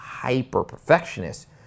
hyper-perfectionist